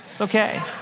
okay